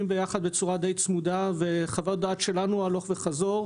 ביחד בצורה די צמודה עם חוות דעת שלנו הלוך וחזור,